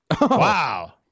Wow